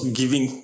giving